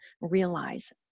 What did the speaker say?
realize